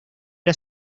era